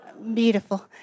Beautiful